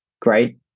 great